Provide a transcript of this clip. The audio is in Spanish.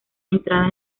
entrada